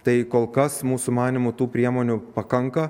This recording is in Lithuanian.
tai kol kas mūsų manymu tų priemonių pakanka